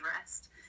rest